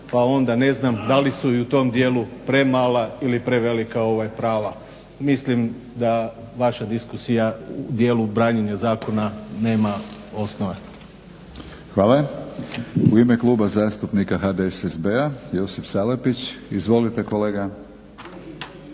pa onda ne znam da li su i u tom dijelu premala ili prevelika prava. Mislim da vaša diskusija u dijelu branjenja zakona nema osnova. **Batinić, Milorad (HNS)** Hvala. U ime Kluba zastupnika HDSSB-a Josip Salapić. Izvolite kolega.